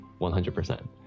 100%